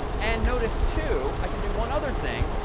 and notice, too, i can do one other thing.